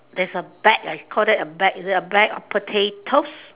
there is a bag I call that a bag is it a bag of potatoes